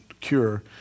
cure